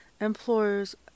employers